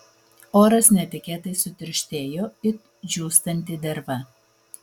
oras netikėtai sutirštėjo it džiūstanti derva